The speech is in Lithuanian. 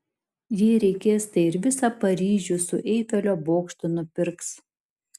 jei reikės tai ir visą paryžių su eifelio bokštu nupirks